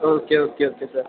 okay okay okay sir